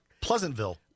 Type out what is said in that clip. Pleasantville